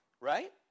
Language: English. right